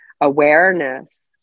awareness